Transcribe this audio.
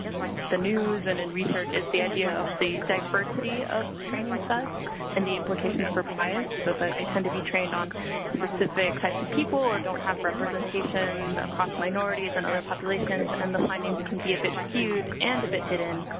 the news and and research is the idea of the diversity of training sets and the implications for bias. so that they tend to be trained on specific types of people, or don't have representation across minorities and other populations. and the findings can be a bit skewed and a bit hidden.